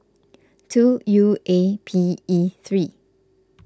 two U A P E three